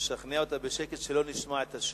תשכנע אותה בשקט, שלא נשמע את השכנוע.